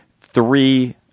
Three